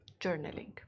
journaling